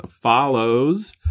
follows